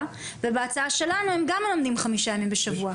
ובהצעה שלנו הם גם מלמדים חמישה ימים בשבוע.